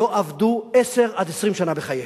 שלא עבדו 10 20 שנה בחייהם,